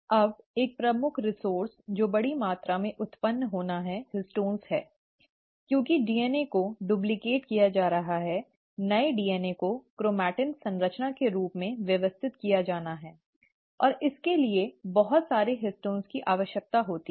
अब एक प्रमुख संसाधन जो बड़ी मात्रा में उत्पन्न होना है हिस्टोन हैं क्योंकि DNA को डुप्लिकेट किया जा रहा है नए DNA को क्रोमैटिन संरचना के रूप में व्यवस्थित किया जाना है और इसके लिए बहुत सारे हिस्टोन की आवश्यकता होती है